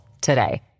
today